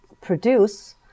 produce